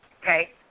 okay